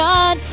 God